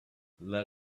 let